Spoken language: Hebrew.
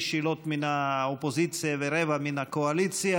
שאלות מן האופוזיציה ורבע שעה מן הקואליציה.